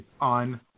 on